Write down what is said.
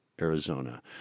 Arizona